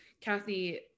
Kathy